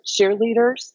cheerleaders